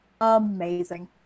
Amazing